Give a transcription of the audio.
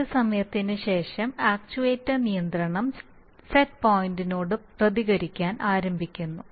കുറച്ച് സമയത്തിന് ശേഷം ആക്ച്യുവേറ്റർ നിയന്ത്രണം സെറ്റ് പോയിന്റിനോട് പ്രതികരിക്കാൻ ആരംഭിക്കുന്നു